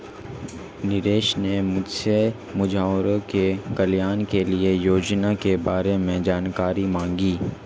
नरेश ने मुझसे मछुआरों के कल्याण के लिए योजना के बारे में जानकारी मांगी